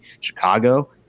chicago